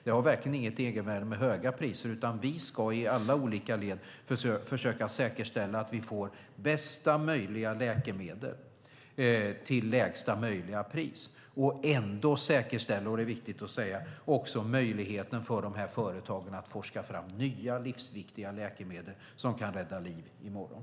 Det finns verkligen inget egenvärde i att ha höga priser, utan vi ska i alla olika led försöka säkerställa att vi får bästa möjliga läkemedel till lägsta möjliga pris och ändå - det är viktigt att säga - säkerställa möjligheten för dessa företag att forska fram nya livsviktiga läkemedel som kan rädda liv i morgon.